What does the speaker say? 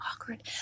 awkward